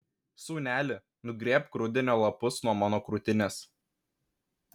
sūneli nugrėbk rudenio lapus nuo mano krūtinės